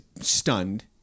stunned